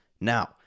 now